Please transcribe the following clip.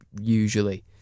usually